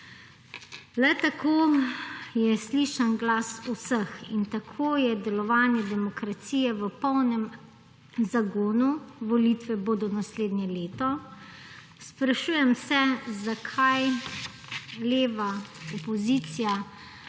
Le tako je slišan glas vseh in tako je delovanje demokracije v polnem zagonu. Volitve bodo naslednje leto. Sprašujem se zakaj leva opozicija